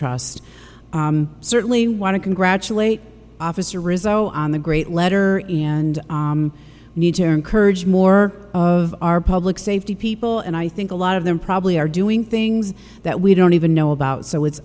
trust certainly want to congratulate officer rizzo on the great letter and need to encourage more of our public safety people and i think a lot of them probably are doing things that we don't even know about so it's